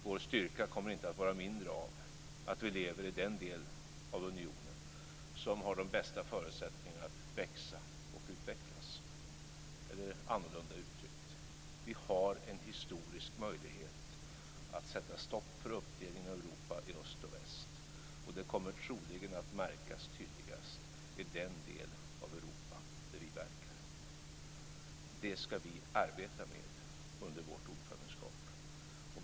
Vår styrka blir inte mindre av att vi lever i den del av unionen som har de bästa förutsättningarna att växa och utvecklas, eller annorlunda uttryckt: Vi har en historisk möjlighet att sätta stopp för uppdelningen av Europa i öst och väst, och det kommer troligen att märkas tydligast i den del av Europa där vi verkar. Det ska vi arbeta med under vårt ordförandeskap.